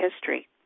History